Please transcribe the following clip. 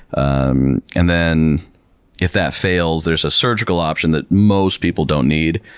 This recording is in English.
um and then if that fails there is a surgical option that most people don't need.